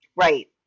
Right